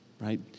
right